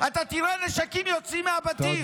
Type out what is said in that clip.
אתה תראה נשקים יוצאים מהבתים.